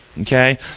Okay